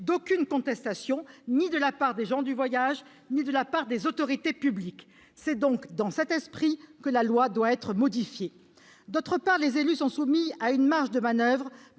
d'aucune contestation, ni de la part des gens du voyage ni de celle des autorités publiques. C'est donc dans cet esprit que la loi doit être modifiée. D'autre part, les élus ont une marge de manoeuvre